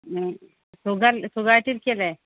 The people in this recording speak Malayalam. സുഖം സുഗമായിട്ട് ഇരിക്കുകയല്ലേ